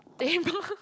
table